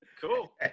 Cool